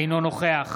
אינו נוכח